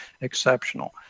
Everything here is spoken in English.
exceptional